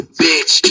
bitch